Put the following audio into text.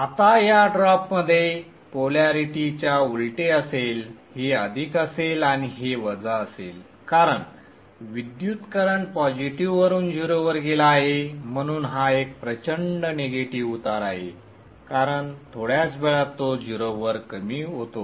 आता या ड्रॉपमध्ये पोल्यारिटी च्या उलटे असेल हे अधिक असेल आणि हे वजा असेल कारण विद्युत करंट पॉजिटीव्ह वरून 0 वर गेला आहे म्हणून हा एक प्रचंड निगेटिव्ह उतार आहे कारण थोड्याच वेळात तो 0 वर कमी होतो